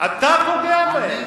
אתה פוגע בהם.